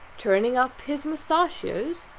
turning up his moustachios,